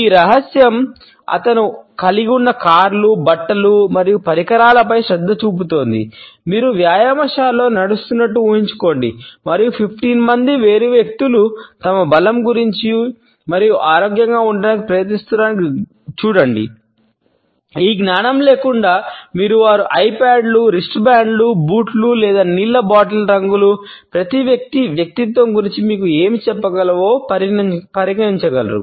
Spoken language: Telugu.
ఈ రహస్యం అతను కలిగి ఉన్న కార్లు బూట్లు లేదా నీళ్ల బాటిళ్ల రంగులు ప్రతి వ్యక్తి వ్యక్తిత్వం గురించి మీకు ఏమి చెప్పగలవొ పరిగణించరు